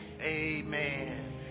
amen